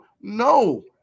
No